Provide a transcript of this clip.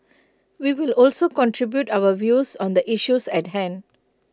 we will also contribute our views on the issues at hand